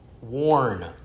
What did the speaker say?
worn